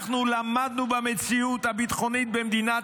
אנחנו למדנו במציאות הביטחונית במדינת